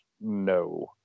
no